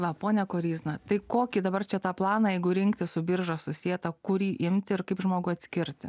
va ponia koryzna tai kokį dabar čia tą planą jeigu rinktis su birža susietą kurį imti ir kaip žmogui atskirti